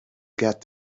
get